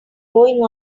going